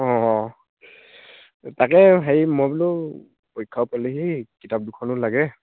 অ' অ' তাকে হেৰি মই বোলো পৰীক্ষাও পালেহি কিতাপ দুখনো লাগে